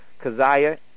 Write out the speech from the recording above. Kaziah